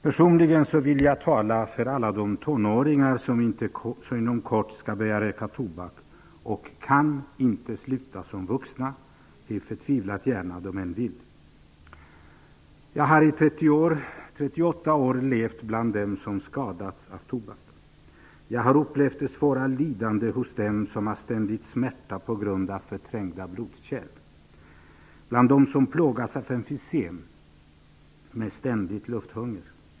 Personligen vill jag tala för alla de tonåringar som inom kort skall börja att röka tobak och sedan inte kan sluta som vuxna, hur förtvivlat gärna de än vill. Jag har i 38 år levt bland dem som skadats av tobak. Jag har upplevt det svåra lidande hos dem som har ständig smärta på grund av förträngda blodkär och bland dem som plågas av emfysen med ständig lufthunger.